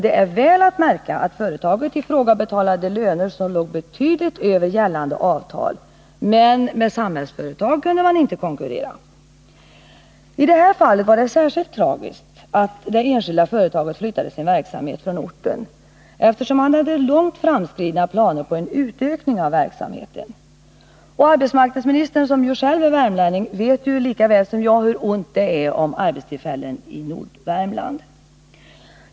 Det är väl att märka att företaget i fråga betalade löner som låg betydligt över gällande avtal — men med Samhällsföretag kunde man inte konkurrera! I det här fallet var det särskilt tragiskt att det enskilda företaget flyttade sin verksamhet från orten, eftersom man hade långt framskridna planer på en utökning av verksamheten. Och arbetsmarknadsministern, som ju själv är värmlänning, vet ju lika väl som jag hur ont det är om arbetstillfällen i Nordvärmland.